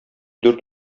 дүрт